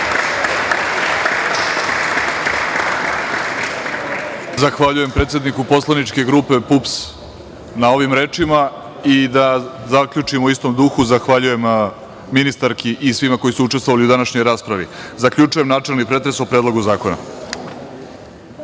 Zahvaljujem predsedniku poslaničke grupe PUPS na ovim rečima. Da zaključim u istom duhu, zahvaljujem ministarki i svima koji su učestvovali u današnjoj raspravi. Zaključujem načelni pretres o Predlogu